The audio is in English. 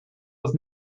was